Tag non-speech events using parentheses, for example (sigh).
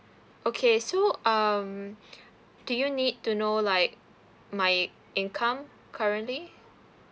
okay so um (breath) do you need to know like my income currently